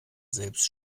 selbst